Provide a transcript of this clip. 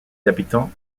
habitants